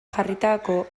jarritako